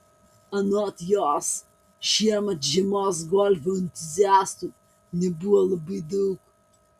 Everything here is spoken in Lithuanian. anot jos šiemet žiemos golfo entuziastų nebuvo labai daug